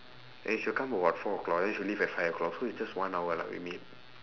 and she will come about four o'clock and then she'll leave at five o'clock so it's just one hour lah we meet